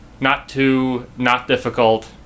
not-too-not-difficult